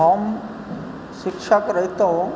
हम शिक्षक रहितौं